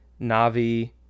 Navi